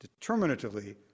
determinatively